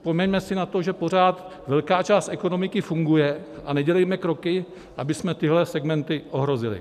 Vzpomeňme si na to, že pořád velká část ekonomiky funguje, a nedělejme kroky, abychom tyto segmenty ohrozili.